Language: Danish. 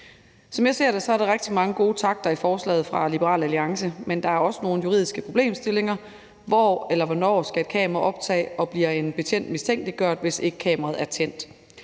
Som jeg ser det, er der rigtig mange gode takter i forslaget fra Liberal Alliance, men der er også nogle juridiske problemstillinger. Hvor eller hvornår skal et kamera optage? Og bliver en betjent mistænkeliggjort, hvis ikke kameraet er tændt?